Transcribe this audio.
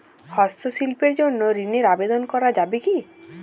হস্তশিল্পের জন্য ঋনের আবেদন করা যাবে কি?